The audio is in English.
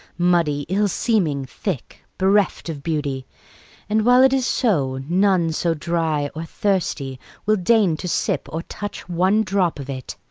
muddy, ill-seeming, thick, bereft of beauty and while it is so, none so dry or thirsty will deign to sip or touch one drop of it.